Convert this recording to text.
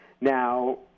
Now